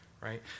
right